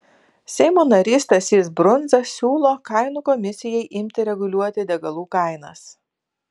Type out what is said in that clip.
seimo narys stasys brundza siūlo kainų komisijai imti reguliuoti degalų kainas